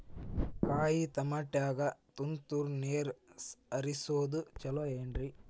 ಕಾಯಿತಮಾಟಿಗ ತುಂತುರ್ ನೇರ್ ಹರಿಸೋದು ಛಲೋ ಏನ್ರಿ?